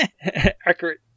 Accurate